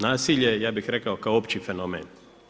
Nasilje, ja bih rekao, kao opći fenomen.